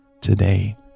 Today